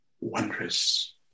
wondrous